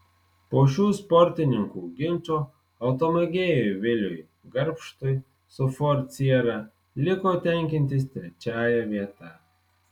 po šių sportininkų ginčo automėgėjui viliui garbštui su ford siera liko tenkintis trečiąja vieta